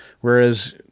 Whereas